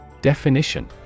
Definition